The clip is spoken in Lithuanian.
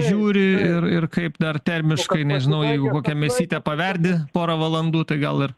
žiūri ir ir kaip dar termiškai nežinau jeigu kokią mėsytę paverdi porą valandų tai gal ir